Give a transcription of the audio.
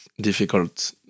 difficult